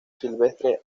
silvestre